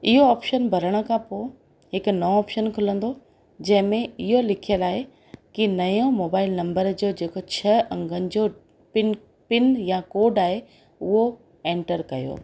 इहो ऑप्शन भरण खां पोइ हिकु नओं ऑप्शन खुलंदो जंहिंमें इहो लिखियलु आहे की नओं मोबाइल नंबर जो जेको छह अंगनि जो पिन पिन या कोड आहे उहो एंटर कयो